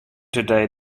today